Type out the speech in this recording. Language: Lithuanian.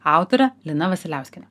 autore lina vasiliauskiene